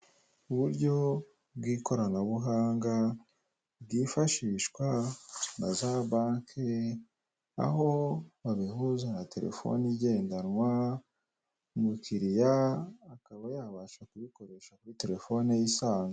Uburyo bw'ikoranabuhanga, bwifashishwa na za banki, aho babihuza na telefone igendanwa, umukiriya akaba yabasha kubikoresha kuri telefone ye isanzwe.